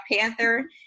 Panther